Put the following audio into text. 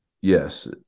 Yes